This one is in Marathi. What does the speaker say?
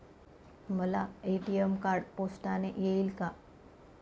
मला ए.टी.एम कार्ड पोस्टाने येईल का?